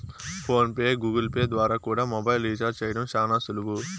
phone pay, Google Pay ద్వారా కూడా mobile recharge చేయడం శానా సులువు